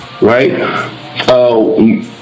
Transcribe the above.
right